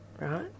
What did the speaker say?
right